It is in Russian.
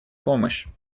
помощь